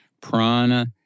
prana